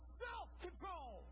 self-control